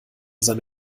seine